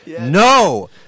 No